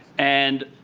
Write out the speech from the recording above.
and,